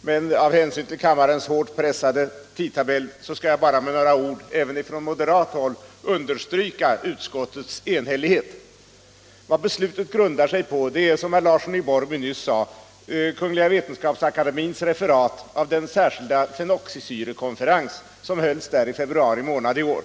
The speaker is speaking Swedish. men av hänsyn till kammarens hårt pressade tidtabell skall jag bara med några ord även från moderat håll understryka utskottets enighet. Vad beslutet grundar sig på är, som herr Larsson i Borrby nyss sade, Kungl. Vetenskapsakademiens referat av den särskilda fenoxisyrekonferens som hölls i februari månad i år.